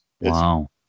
wow